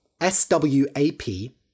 S-W-A-P